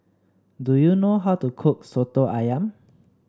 do you know how to cook soto ayam